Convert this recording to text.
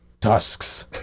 tusks